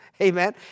Amen